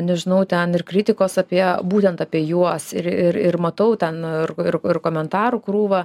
nežinau ten ir kritikos apie būtent apie juos ir ir matau ten ir ir ir komentarų krūvą